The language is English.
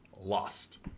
lost